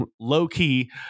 low-key